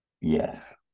Yes